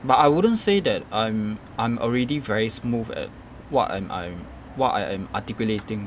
but I wouldn't say that I'm I'm already very smooth at what I'm I'm what I am articulating